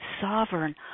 sovereign